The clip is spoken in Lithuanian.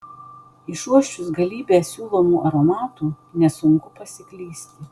išuosčius galybę siūlomų aromatų nesunku pasiklysti